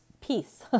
peace